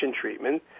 treatment